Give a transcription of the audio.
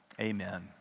Amen